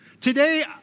Today